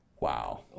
Wow